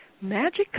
Magic